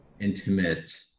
intimate